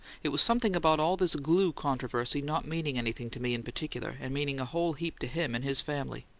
it was something about all this glue controversy not meaning anything to me in particular, and meaning a whole heap to him and his family.